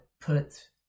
put